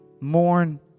mourn